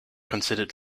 considered